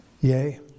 Yea